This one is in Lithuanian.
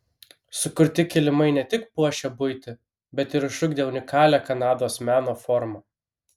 sukurti kilimai ne tik puošė buitį bet ir išugdė unikalią kanados meno formą